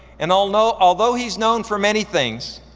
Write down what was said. and although although he's known for many things,